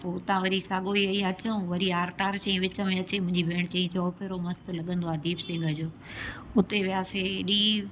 पोइ हुतां वरी साॻो हीअं ई अचूं वरी आरतार चयई विच में अची मुंहिंजी भेण चयईं चौपेरो मस्तु लॻंदो आहे दीप सिंग जो उते वियासीं एॾी